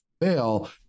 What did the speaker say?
fail